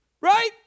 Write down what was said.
Right